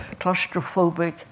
claustrophobic